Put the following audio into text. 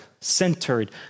centered